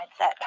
mindset